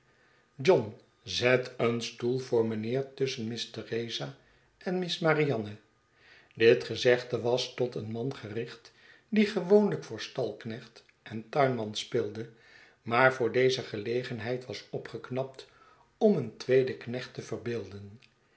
john zet een stoel voor mijnheer tusschen miss theresa en miss marianne dit gezegde was tot een mangericht die gewoonlijk voor stalknecht en tuinman speelde maar voor deze gelegenheid was opgeknapt om een tweeden knecht te verbeelden